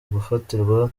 gufatirwa